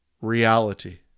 reality